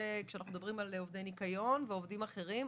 כשאנחנו מדברים על עובדי ניקיון ועובדים אחרים,